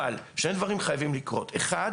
אבל שני דברים חייבים לקרות: ראשית,